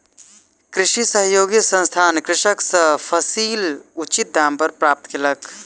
कृषि सहयोगी संस्थान कृषक सॅ फसील उचित दाम पर खरीद लेलक